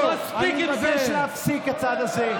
אני מבקש להפסיק, הצד הזה.